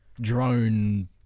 drone